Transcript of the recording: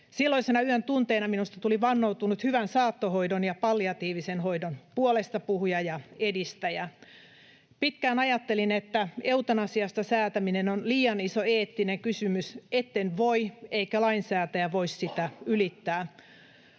Silloisina yön tunteina minusta tuli vannoutunut hyvän saattohoidon ja palliatiivisen hoidon puolestapuhuja ja edistäjä. Pitkään ajattelin, että eutanasiasta säätäminen on liian iso eettinen kysymys, etten voi eikä lainsäätäjä voi sitä ylittää.